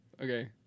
Okay